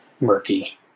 murky